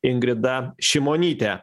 ingrida šimonytė